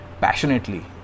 passionately